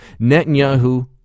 Netanyahu